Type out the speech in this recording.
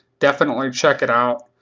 definitely check it out.